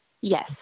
Yes